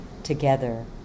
together